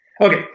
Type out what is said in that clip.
okay